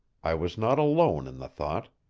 i was not alone in the thought.